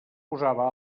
posava